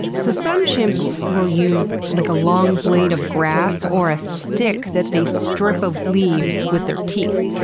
so some chimps will use like a long blade of grass, or a stick that they strip of leaves with their teeth.